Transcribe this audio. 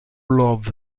love